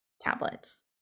tablets